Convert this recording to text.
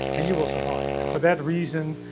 and you will survive. and for that reason,